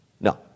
No